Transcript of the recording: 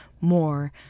more